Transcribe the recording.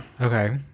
Okay